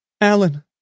Alan